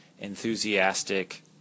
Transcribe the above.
enthusiastic